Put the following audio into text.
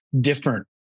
different